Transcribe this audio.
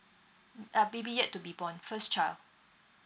uh baby yet to be born first child